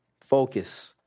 focus